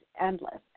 endless